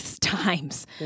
times